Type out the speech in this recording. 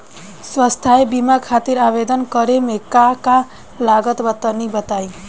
स्वास्थ्य बीमा खातिर आवेदन करे मे का का लागत बा तनि बताई?